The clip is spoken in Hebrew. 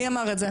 מי אמר את זה?